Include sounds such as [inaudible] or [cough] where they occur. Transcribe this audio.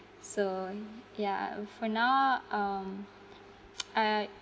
so y~ ya for now um [noise] I I